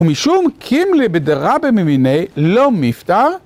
ומשום קימלי בדרא במימיניי לא מפטר,